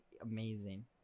amazing